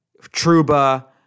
Truba